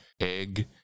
egg